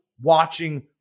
watching